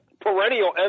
perennial